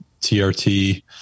TRT